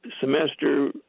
semester